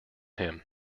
him